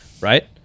right